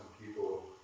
people